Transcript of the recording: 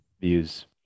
views